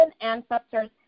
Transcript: ancestors